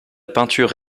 peinture